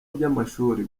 by’amashuri